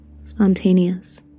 spontaneous